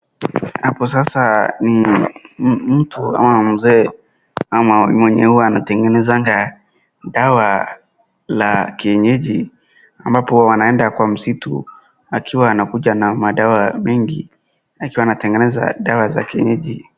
Hapo sasa ni mtu ama mzee ama mwenye hua anatengenezanga dawa la kienyeji ambapo anaenda kwa msitu akiwa anakuja na madawa mengi akiwa anatengeneza dawa za kienyeji.